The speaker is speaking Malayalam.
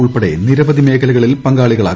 ഉൾപ്പെടെ നിരവധി മേഖലകളിൽ പങ്കാളികളാവും